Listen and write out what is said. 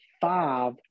five